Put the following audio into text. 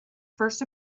first